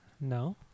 No